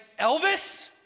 Elvis